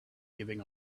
giving